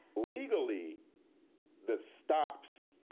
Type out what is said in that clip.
legally the stops,